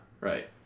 right